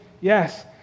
Yes